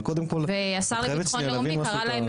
אבל קודם כל את חייבת שנייה להבין משהו.